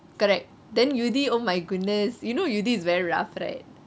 correct then yuthi oh my goodness you know yuthi is very rough right